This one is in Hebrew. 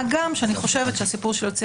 מה גם שאני חושבת שהסיפור של יוצאי